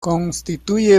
constituye